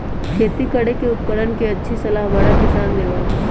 खेती करे के उपकरण के अच्छी सलाह बड़ा किसान देबा हई